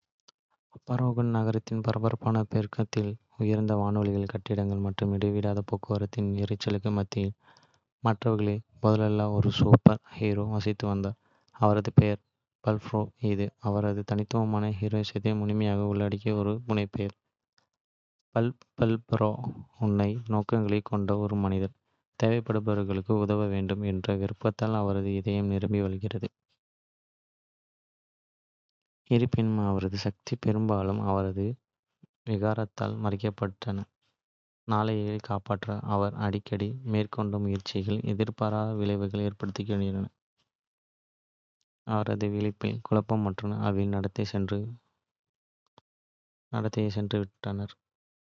பரகோன் நகரத்தின் பரபரப்பான பெருநகரத்தில், உயர்ந்த வானளாவிய கட்டிடங்கள் மற்றும் இடைவிடாத. போக்குவரத்தின் இரைச்சலுக்கு மத்தியில், மற்றவர்களைப் போலல்லாத ஒரு சூப்பர். ஹீரோ வசித்து வந்தார். அவரது பெயர் பம்பல்ரோர், இது அவரது தனித்துவமான ஹீரோயிசத்தை முழுமையாக உள்ளடக்கிய ஒரு புனைப்பெயர். பம்பல்ரோர் உன்னத நோக்கங்களைக் கொண்ட ஒரு மனிதர், தேவைப்படுபவர்களுக்கு உதவ வேண்டும் என்ற விருப்பத்தால் அவரது இதயம் நிரம்பி வழிகிறது. இருப்பினும், அவரது. சக்திகள் பெரும்பாலும் அவரது விகாரத்தால் மறைக்கப்பட்டன. நாளைக் காப்பாற்ற அவர் அடிக்கடி மேற்கொண்ட முயற்சிகள் எதிர்பாராத விளைவுகளை ஏற்படுத்தின, அவரது விழிப்பில். குழப்பம் மற்றும் அழிவின் தடத்தை விட்டுச் சென்றன.